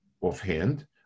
offhand